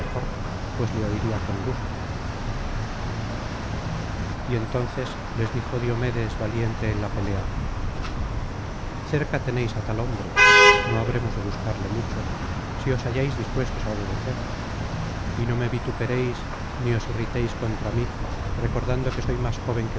pues le oiría con gusto y entonces les dijo diomedes valiente en la pelea cerca tenéis á tal hombre no habremos de buscarle mucho si os halláis dispuestos á obedecer y no me vituperéis ni os irritéis contra mí recordando que soy más joven